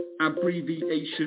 abbreviation